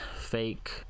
fake